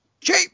cheap